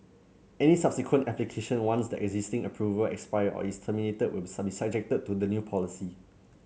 any subsequent application once the existing approval expire or is terminated will be subjected to the new policy